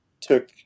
took